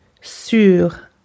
sur